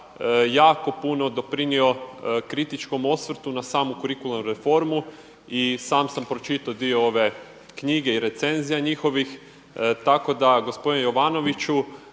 jako puno doprinio kritičkom osvrtu na samu kurikularnu reformu i sam sam pročitao dio ove knjige i recenzija njihovih, tako da gospodine Jovanoviću,